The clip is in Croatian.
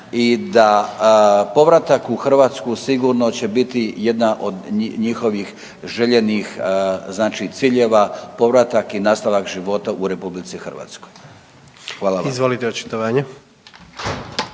i da povratak u Hrvatsku sigurno će biti jedna od njihovih željenih znači ciljeva, povratak i nastavak života u RH. Hvala vam. **Jandroković,